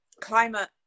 climate